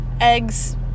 eggs